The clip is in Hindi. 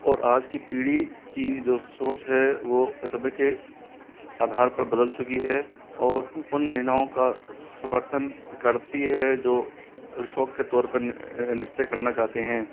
और आज की पीढ़ी की जो सोच है वह समय के आधार पर बदल चुकी है और उन महिलाओं का समर्थन करती है जो शौक़ के तौर पर नृत्य करना चाहते हैं